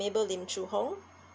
mabel lim choo hong